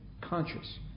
conscious